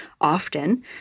often